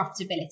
profitability